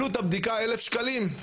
עלות הבדיקה אלף שקלים.